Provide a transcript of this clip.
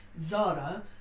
Zara